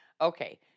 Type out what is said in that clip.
Okay